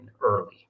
early